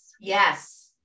Yes